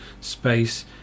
space